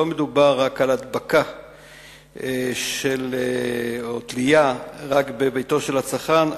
מדובר רק על הדבקה או תלייה בביתו של הצרכן,